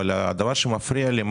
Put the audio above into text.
אבל הדבר שמפריע לי,